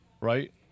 right